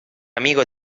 amigo